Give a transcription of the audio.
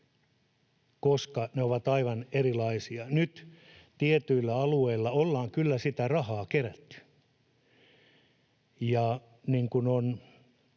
koska ne ovat aivan erilaisia nyt. Tietyillä alueilla ollaan kyllä sitä rahaa kerätty, ja niin kuin on